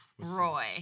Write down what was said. Roy